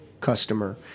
customer